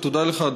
ותודה לך,